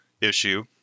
issue